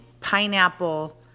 Pineapple